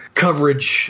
coverage